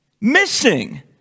Missing